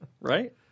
right